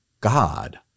God